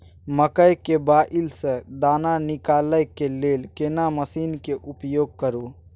मकई के बाईल स दाना निकालय के लेल केना मसीन के उपयोग करू?